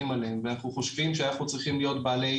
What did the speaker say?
עליהם ואנחנו חושבים שאנחנו צריכים להיות בעלי,